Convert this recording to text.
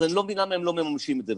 אז אני לא מבין למה הם לא מממשים את זה.